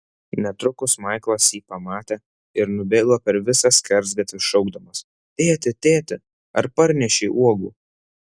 netrukus maiklas jį pamatė ir nubėgo per visą skersgatvį šaukdamas tėti tėti ar parnešei uogų